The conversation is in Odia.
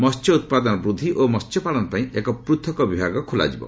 ମସ୍ୟ ଉତ୍ପାଦନ ବୁଦ୍ଧି ଓ ମସ୍ୟପାଳନପାଇଁ ଏକ ପୂଥକ ବିଭାଗ ଖୋଲାଯିବ